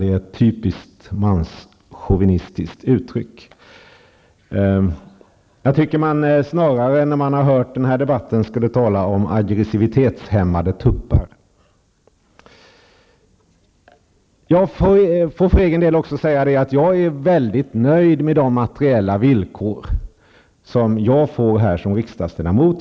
Det är ett typiskt manschauvinistiskt uttryck. Jag tycker att man snarare, när man har hört den här debatten, skulle tala om aggressivitetshämmade tuppar. Jag är mycket nöjd med de materiella villkor som jag får här som riksdagsledamot.